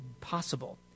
possible